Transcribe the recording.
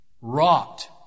wrought